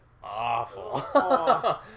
awful